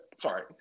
Sorry